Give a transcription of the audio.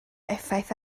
effaith